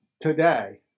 today